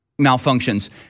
malfunctions